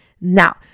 Now